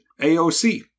AOC